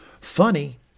funny